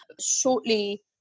shortly